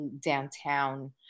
downtown